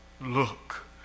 look